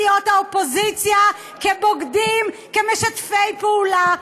מסיעות האופוזיציה, כבוגדים, כמשתפי פעולה.